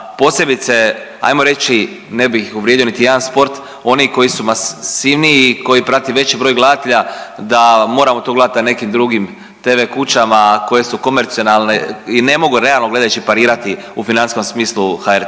posebice, ajmo reći ne bih uvrijedio niti jedan sport, oni koji su masivniji i koji prati veći broj gledatelja da moramo to gledati na nekim drugim tv kućama koje su komercijalne i ne mogu realno gledajući parirati u financijskom smislu HRT-u